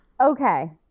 okay